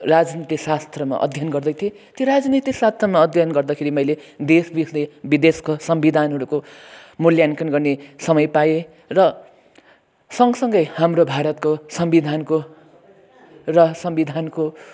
राजनीतिशास्त्रमा अध्ययन गर्दैथेँ त्यो राजनीतिशास्त्रमा अध्ययन गर्दाखेरि मैले देश विदेश विदेशको संविधानहरूको मूल्याङ्कन गर्ने समय पाएँ र सँगसँगै हाम्रो भारतको संविधानको र संविधानको